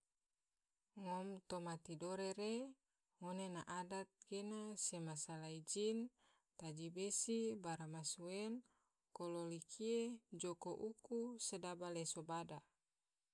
Ngom tomaa tidore re ngone na adat ge sema salai jin, taji besi, bara masueng, kololi kie, joko uku, sedaba leso bada.